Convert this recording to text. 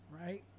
right